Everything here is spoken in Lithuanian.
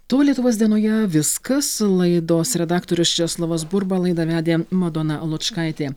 to lietuvos dienoje viskas laidos redaktorius česlovas burba laidą vedė madona lučkaitė